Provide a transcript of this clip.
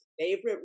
favorite